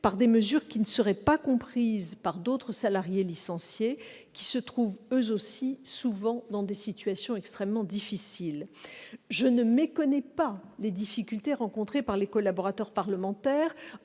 par des mesures qui ne sont pas comprises par d'autres salariés licenciés, eux aussi se trouvant souvent dans des situations extrêmement difficiles. Je ne méconnais pas les problèmes rencontrés par les collaborateurs parlementaires,